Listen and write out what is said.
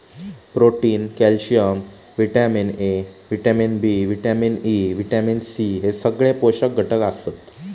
protein, calcium, vitamin A, vitamin B, vitamin E, vitamin C हे सगळे पोषक घटक आसत